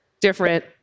different